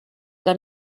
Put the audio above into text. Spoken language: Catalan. que